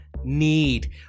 need